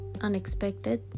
unexpected